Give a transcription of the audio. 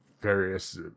various